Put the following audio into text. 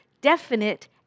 definite